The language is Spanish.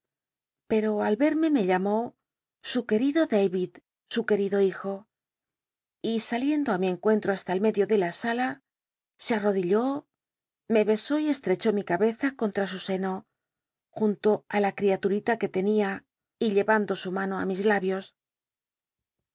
pero al verme me llamó i su querid o david su querido hijo y saliendo i mi encuentro hasta el medio de la sala se arrodilló me besó y estrechó mi cabeza conlm su seno junto í la criatul'ila que tenia y ue ando su mano í mis labios